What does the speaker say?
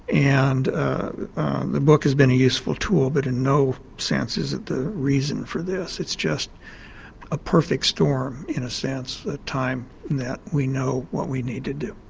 and the book has been a useful tool but in no sense is it the reason for this, it's just a perfect storm, in a sense, the time that we know what we need to do.